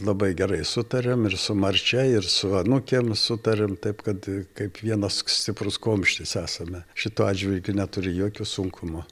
labai gerai sutariam ir su marčia ir su anūkėm sutariam taip kad kaip vienas kstiprus kumštis esame šituo atžvilgiu neturiu jokio sunkumo